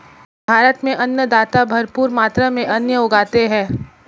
भारत में अन्नदाता भरपूर मात्रा में अन्न उगाते हैं